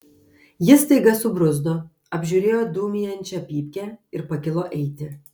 jis staiga subruzdo apžiūrėjo dūmijančią pypkę ir pakilo eiti